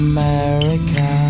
America